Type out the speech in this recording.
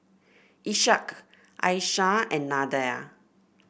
Ishak Aishah and Nadia